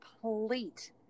complete